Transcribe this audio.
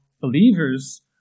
believers